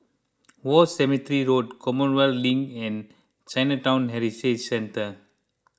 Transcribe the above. War Cemetery Road Commonwealth Link and Chinatown Heritage Centre